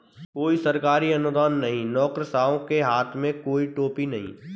कोई सरकारी अनुदान नहीं, नौकरशाहों के हाथ में कोई टोपी नहीं